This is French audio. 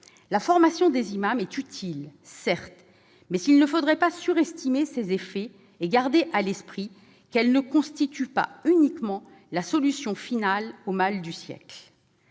La formation des imams est utile, certes, mais il ne faudrait pas surestimer ses effets. Il convient de garder à l'esprit qu'elle ne constitue pas uniquement la solution ultime au mal du siècle.